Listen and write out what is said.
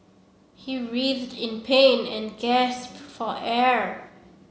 he in pain and gasped for air